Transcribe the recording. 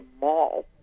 mall